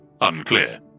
unclear